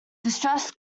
distress